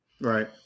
right